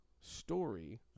story